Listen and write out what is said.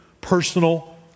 personal